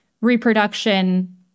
reproduction